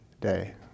day